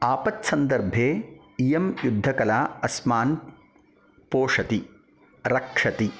आपत् सन्दर्भे इयं युद्धकला अस्मान् पोषति रक्षति